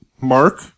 Mark